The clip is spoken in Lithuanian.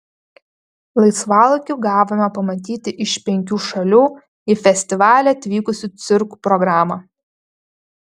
laisvalaikiu gavome pamatyti iš penkių šalių į festivalį atvykusių cirkų programą